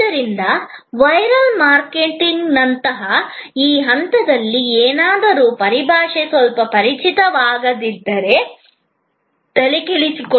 ಆದ್ದರಿಂದ ವೈರಲ್ ಮಾರ್ಕೆಟಿಂಗ್ನಂತಹ ಈ ಹಂತದಲ್ಲಿ ಏನಾದರೂ ಪರಿಭಾಷೆ ಸ್ವಲ್ಪ ಪರಿಚಿತವಾಗಿಲ್ಲದಿದ್ದರೆ ತಲೆಕೆಡಿಸಿಕೊಳ್ಳಬೇಡಿ